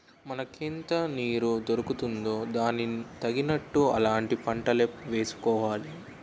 మనకెంత నీరు దొరుకుతుందో దానికి తగినట్లు అలాంటి పంటలే వేసుకోవాలి